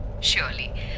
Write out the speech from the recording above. Surely